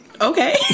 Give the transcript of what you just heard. okay